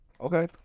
Okay